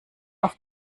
auf